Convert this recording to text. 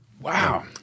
Wow